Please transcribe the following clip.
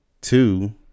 two